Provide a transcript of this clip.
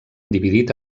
dividit